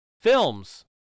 Films